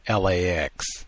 LAX